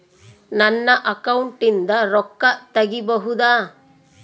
ನನ್ನ ಅಕೌಂಟಿಂದ ರೊಕ್ಕ ತಗಿಬಹುದಾ?